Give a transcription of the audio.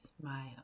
smile